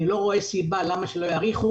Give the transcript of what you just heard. אני לא רואה סיבה למה לא יאריכו.